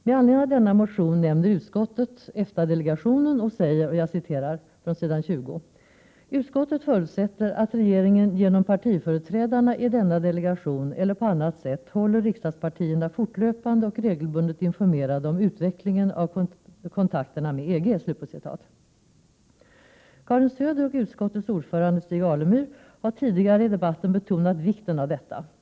Med anledning av denna motion nämner utskottet EFTA-delegationen och säger: ”Utskottet förutsätter att regeringen genom partiföreträdarna i denna delegation eller på annat sätt håller riksdagspartierna fortlöpande och regelbundet informerade om utvecklingen av kontakterna med EG.” Karin Söder och utskottets ordförande Stig Alemyr har tidigare i debatten betonat vikten av detta.